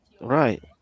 right